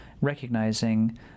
recognizing